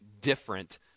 different